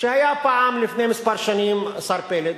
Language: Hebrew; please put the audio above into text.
שלפני כמה שנים, השר פלד,